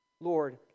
Lord